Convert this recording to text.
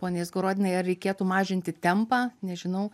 pone izgorodinai ar reikėtų mažinti tempą nežinau